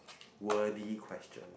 wordy question